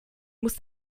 muss